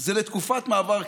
זה לתקופת מעבר קצרה,